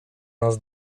nas